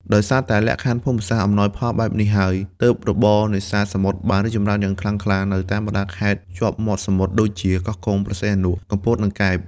ដោយសារតែលក្ខខណ្ឌភូមិសាស្ត្រអំណោយផលបែបនេះហើយ ទើបរបរនេសាទសមុទ្របានរីកចម្រើនយ៉ាងខ្លាំងក្លានៅតាមបណ្ដាខេត្តជាប់មាត់សមុទ្រដូចជា កោះកុង ព្រះសីហនុ កំពត និងកែប។